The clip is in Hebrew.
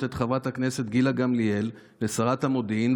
את חברת הכנסת גילה גמליאל לשרת המודיעין,